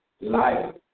life